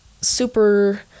super